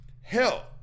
hell